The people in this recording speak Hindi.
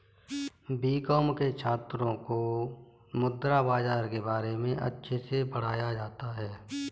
बीकॉम के छात्रों को मुद्रा बाजार के बारे में अच्छे से पढ़ाया जाता है